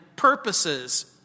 purposes